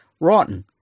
rotten